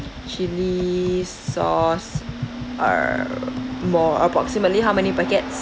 chilli sauce err more approximately how many packets